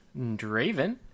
Draven